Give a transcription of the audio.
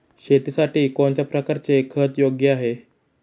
शेतीसाठी कोणत्या प्रकारचे खत योग्य आहे?